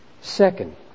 Second